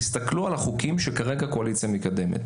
תסתכלו על החוקים שכרגע הקואליציה מקדמת